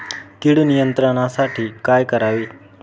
कीड नियंत्रणासाठी काय करावे?